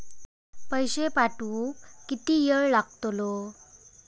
पैशे पाठवुक किती वेळ लागतलो?